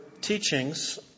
teachings